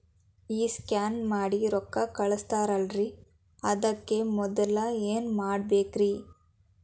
ಈ ಸ್ಕ್ಯಾನ್ ಮಾಡಿ ರೊಕ್ಕ ಕಳಸ್ತಾರಲ್ರಿ ಅದಕ್ಕೆ ಮೊದಲ ಏನ್ ಮಾಡ್ಬೇಕ್ರಿ?